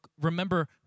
remember